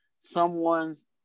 Someone's